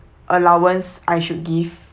allowance I should give